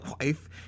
wife